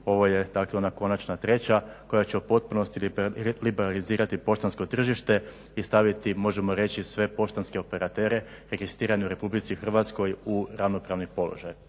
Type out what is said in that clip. Ovo je dakle ona konačna treća koja će u potpunosti liberalizirati poštansko tržište i staviti možemo reći sve poštanske operatere registrirane u RH u ravnopravni položaj.